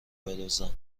بدزدن